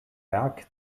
berg